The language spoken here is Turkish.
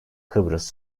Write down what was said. kıbrıs